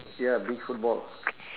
ya beach football